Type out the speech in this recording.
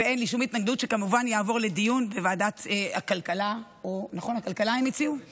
ואין לי שום התנגדות כמובן שזה יעבור לדיון בוועדת הכלכלה או הכספים.